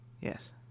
yes